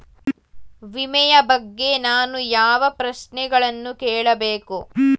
ವಿಮೆಯ ಬಗ್ಗೆ ನಾನು ಯಾವ ಪ್ರಶ್ನೆಗಳನ್ನು ಕೇಳಬೇಕು?